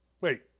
wait